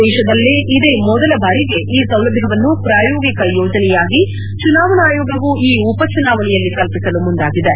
ದೇಶದಲ್ಲೇ ಇದೇ ಮೊದಲ ಬಾರಿಗೆ ಈ ಸೌಲಭ್ಯವನ್ನು ಪ್ರಾಯೋಗಿಕ ಯೋಜನೆಯಾಗಿ ಚುನಾವಣಾ ಆಯೋಗವು ಈ ಉಪಚುನಾವಣೆಯಲ್ಲಿ ಕಲ್ಪಿಸಲು ಮುಂದಾಗಿದೆ